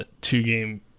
two-game